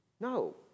No